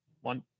one